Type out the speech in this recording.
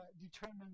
determine